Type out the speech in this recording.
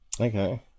okay